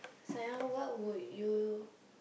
sayang what would you